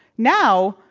now,